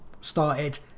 started